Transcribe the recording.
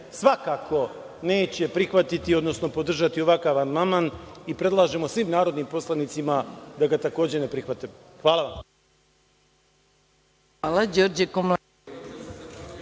svakako neće prihvatiti, odnosno neće podržati ovakav amandman i predlažemo svim narodnim poslanicima da ga takođe ne prihvate. Hvala.